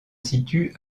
situe